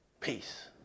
Peace